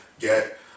get